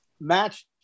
match